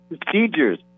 procedures